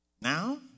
Now